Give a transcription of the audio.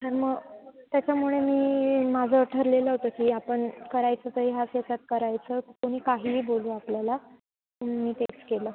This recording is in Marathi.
तर मग त्याच्यामुळे मी हे माझं ठरलेलं होतं की आपण करायचं तर ह्याच ह्याच्यात करायचं कोणी काहीही बोलू आपल्याला म्हणून मी तेच केलं